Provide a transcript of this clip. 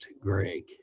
Greg